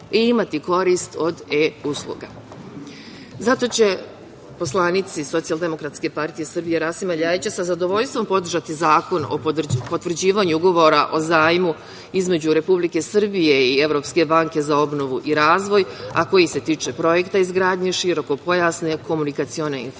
i imati korist od e-usluga. Zato će poslanici SDPS, Rasima Ljajića, sa zadovoljstvom podržati Zakon o potvrđivanju ugovora o zajmu između Republike Srbije i Evropske banke za obnovu i razvoj, a koji se tiče projekta izgradnje širokopojasne komunikacione infrastrukture